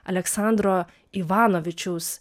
aleksandro ivanovičiaus